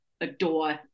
adore